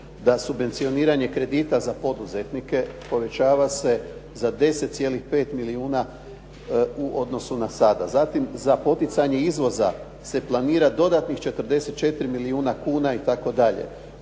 da subvencioniranje kredita za poduzetnike povećava se za 10,5 milijuna u odnosu na sada. Zatim, za poticanje izvoza se planira dodatnih 44 milijuna kuna itd.,